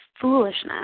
foolishness